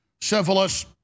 syphilis